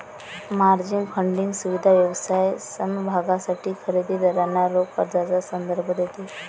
margin funding सुविधा व्यवसाय समभागांसाठी खरेदी दारांना रोख कर्जाचा संदर्भ देते